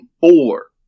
four